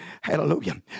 Hallelujah